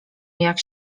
jak